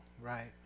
right